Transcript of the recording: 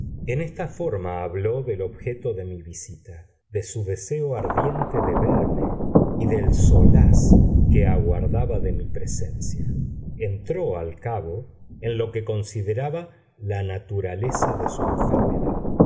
en esta forma habló del objeto de mi visita de su deseo ardiente de verme y del solaz que aguardaba de mi presencia entró al cabo en lo que consideraba la naturaleza de su enfermedad